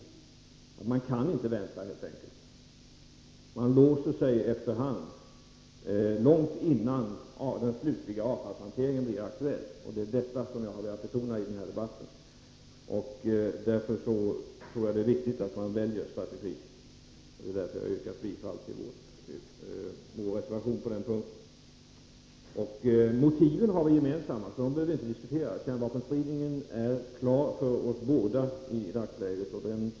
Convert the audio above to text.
Man kan inte vänta helt enkelt. Man låser sig efter hand, långt innan den slutliga avfallshanteringen blir aktuell. Det är detta jag har velat betona i den här debatten. Jag tror alltså att det är viktigt att man väljer strategi, och det är därför jag har yrkat bifall till vår reservation på den punkten. Motiven har vi gemensamma, så dem behöver vi inte diskutera. Risken för kärnvapenspridning är klar för oss båda i dagsläget.